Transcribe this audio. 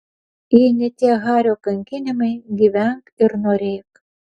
jei ne tie hario kankinimai gyvenk ir norėk